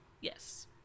Yes